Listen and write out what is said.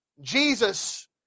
Jesus